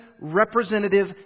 representative